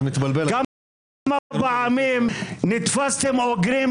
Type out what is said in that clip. אתה מתבלבל --- כמה פעמים נתפסתם אוגרים דלק?